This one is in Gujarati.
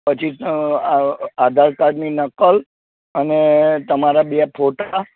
પછી આધાર કાર્ડની નકલ અને તમારે બે ફોટા